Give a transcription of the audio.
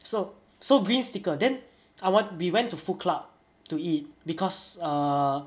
so so green sticker then I wan~ we went to food club to eat because err